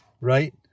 right